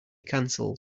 canceled